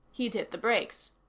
he'd hit the brakes.